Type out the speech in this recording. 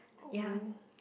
ya